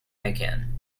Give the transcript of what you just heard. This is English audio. again